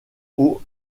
aux